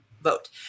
vote